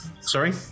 sorry